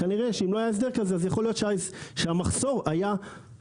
כנראה שאם לא היה הסדר כזה אז יכול להיות שהמחסור היה קטן,